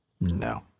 No